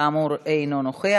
כאמור, אינו נוכח.